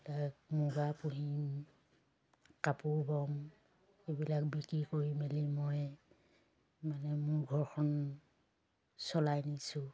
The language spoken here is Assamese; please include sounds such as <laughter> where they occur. <unintelligible> মুগা পুহিম কাপোৰ বম এইবিলাক বিক্ৰী কৰি মেলি মই মানে মোৰ ঘৰখন চলাই নিছোঁ